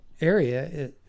area